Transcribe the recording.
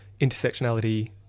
intersectionality